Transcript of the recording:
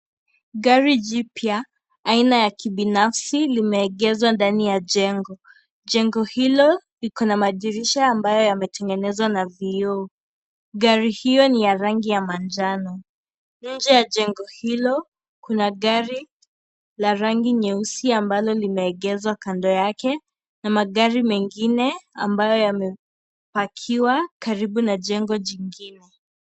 Gari jipya aina ya binafsi lime eegeshwa ndani ya jengo. Jengo hili liko na madirisha, ambayo imetanezwa na viyoo. Gari hiyo ni ya rangi ya manjano. Nje ya jengo hilo Kuna gari la rangi ya nyeusi, pia ambalo limeegeshwa kando yake na magari mengine ambayo yamepakiwa karibu na jengo jingine.